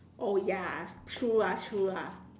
oh ya true lah true lah